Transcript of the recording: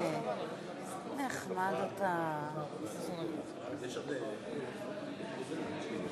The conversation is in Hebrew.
מצביעה ג'מאל זחאלקה, מצביע תמר